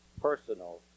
personal